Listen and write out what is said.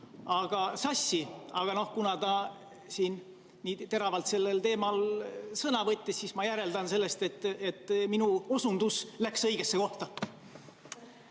sassi, aga kuna ta nii teravalt sellel teemal sõna võttis, siis ma järeldan sellest, et minu osundus läks õigesse kohta.